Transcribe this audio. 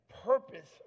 purpose